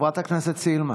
חברת הכנסת סילמן,